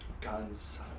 guns